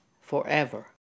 forever